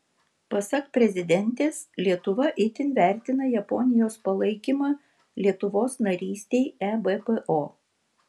pasak prezidentės lietuva itin vertina japonijos palaikymą lietuvos narystei ebpo